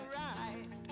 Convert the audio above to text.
right